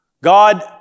God